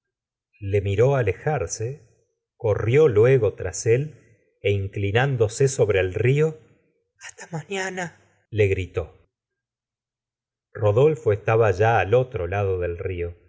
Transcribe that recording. le miró alejarse corrió luego tras él é inclinándose sobre el rio hasta mañana le gritó rodolfo estaba ya al otro lado del rio